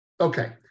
Okay